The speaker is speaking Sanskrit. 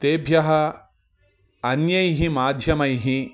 तेभ्यः अन्यैः माध्यमैः